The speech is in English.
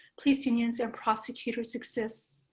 police unions are prosecutor success.